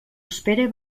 espere